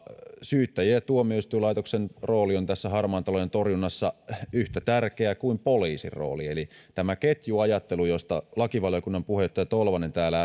syyttäjien ja tuomioistuinlaitoksen rooli on tässä harmaan talouden torjunnassa yhtä tärkeä kuin poliisin rooli eli siinä on tämä ketjuajattelu josta lakivaliokunnan puheenjohtaja tolvanen täällä